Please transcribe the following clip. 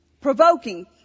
provoking